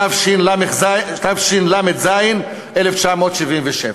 התשל"ז 1977,